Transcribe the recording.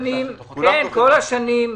כל השנים,